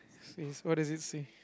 says what does it say